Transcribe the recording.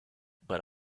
but